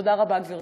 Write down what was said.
תודה רבה, גברתי.